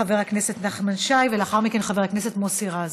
חבר הכנסת נחמן שי, ולאחר מכן, חבר הכנסת מוסי רז.